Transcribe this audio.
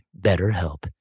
BetterHelp